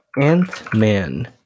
Ant-Man